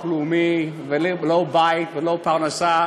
לא ידענו מה זה ביטוח לאומי ולא בית ולא פרנסה.